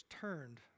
turned